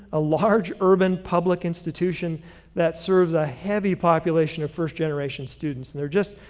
a large urban public institution that serves a heavy population of first generation students, and there just,